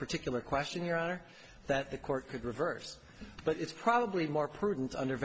particular question your honor that the court could reverse but it's probably more prudent under